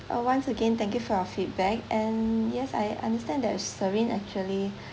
uh once again thank you for your feedback and yes I understand that serene actually